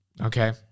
okay